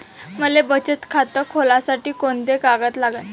मले बचत खातं खोलासाठी कोंते कागद लागन?